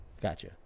Gotcha